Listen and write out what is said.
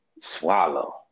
swallow